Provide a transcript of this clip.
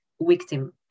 victim